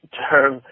term